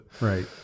Right